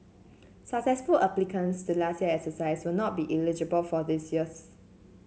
successful applicants to last year's exercise will not be eligible for this year's